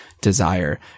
desire